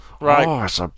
Right